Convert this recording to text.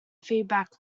feedback